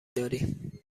داری